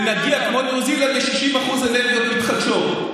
ונגיע, כמו ניו זילנד, ל-60% אנרגיות מתחדשות.